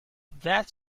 that